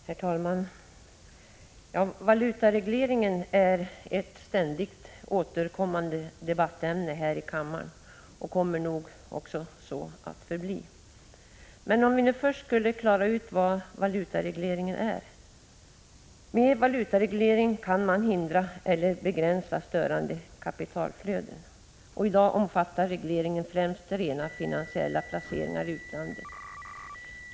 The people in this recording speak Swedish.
Herr talman! Valutaregleringen är ett ständigt återkommande debattämne här i kammaren och kommer nog också så att förbli. Men först skall vi kanske klara ut vad valutaregleringen är. Med valutareglering kan man hindra eller begränsa störande kapitalflöden. I dag omfattar regleringen främst rena finansiella placeringar i utlandet.